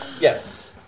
Yes